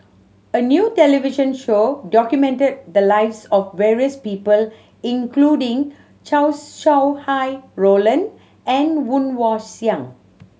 a new television show documented the lives of various people including Chow Sau Hai Roland and Woon Wah Siang